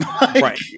Right